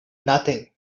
nothing